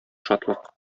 шатлык